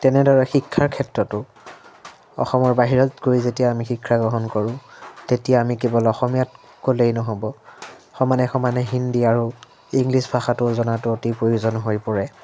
তেনেদৰে শিক্ষাৰ ক্ষেত্ৰতো অসমৰ বাহিৰত গৈ যেতিয়া আমি শিক্ষা গ্ৰহণ কৰোঁ তেতিয়া আমি কেৱল অসমীয়াত ক'লেই নহ'ব সমানে সমানে হিন্দী আৰু ইংলিছ ভাষাটোও জনাটো অতি প্ৰয়োজন হৈ পৰে